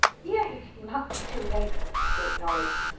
yes, much too late, she acknowledged.